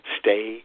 stay